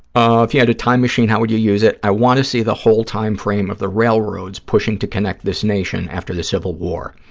ah if you had a time machine, how would you use it? i want to see the whole timeframe of the railroads pushing to connect this nation after the civil war.